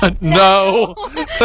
No